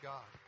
God